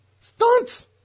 Stunts